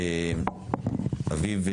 אביו,